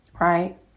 right